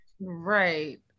Right